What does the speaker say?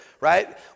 right